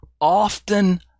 often